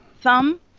thumb